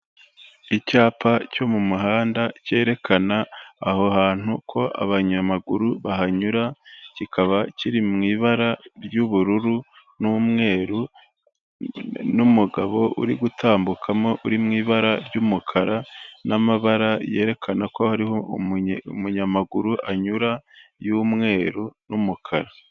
Icyapa cyo mu muhanda cyerekana aho hantu ko b'abanyamaguru bahanyura, kikaba kiri mu ibara ry'ubururu n'umweru, n'umugabo uri gutambukamo uri mu ibara ry'umukara, n'amabara yerekana ko hari aho umunyamaguru anyura y'umweru n'umukara.